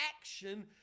action